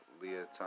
Leah